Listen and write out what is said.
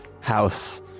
house